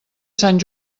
sant